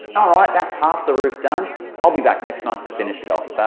alright that's half the roof done i'll be back next month to finish it off.